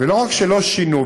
ולא רק שלא שינו,